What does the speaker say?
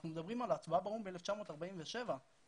אנחנו מדברים על הצבעה באו"ם ב-1947 שש